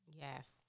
Yes